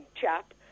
chap